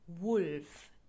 wolf